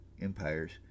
empires